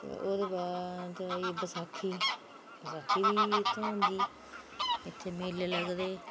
ते ओहदे बाद आई गयी बसाखी बसाखी बी इत्थे होंदी ते इत्थे़ मेले लगदे